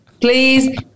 please